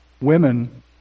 women